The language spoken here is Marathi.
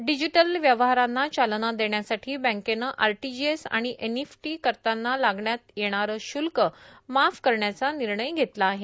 डिजिटल व्यवहारांना चालना देण्यासाठी बँकेनं आरटीजीएस आणि एनईएफटी करतांना लावण्यात येणारं शुल्क माफ करण्याचा निर्णय घेतला आहे